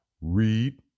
Read